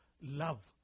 love